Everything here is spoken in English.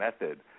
Method